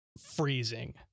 freezing